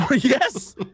Yes